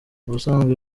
ubusanzwe